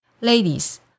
Ladies